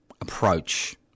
approach